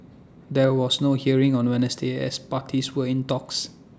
there was no hearing on Wednesday as parties were in talks